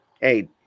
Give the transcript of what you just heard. hey